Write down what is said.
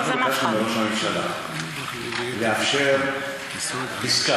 ביקשנו מראש הממשלה לאפשר עסקה,